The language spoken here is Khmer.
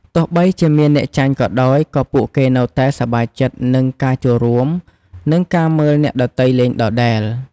ទោះបីជាមានអ្នកចាញ់ក៏ដោយ ក៏ពួកគេនៅតែសប្បាយចិត្តនឹងការចូលរួម និងការមើលអ្នកដទៃលេងដដែល។